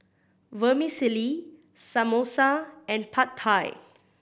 Vermicelli Samosa and Pad Thai